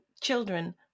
children